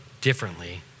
differently